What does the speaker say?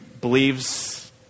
believes